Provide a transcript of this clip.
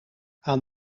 aan